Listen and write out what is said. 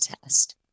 test